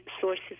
sources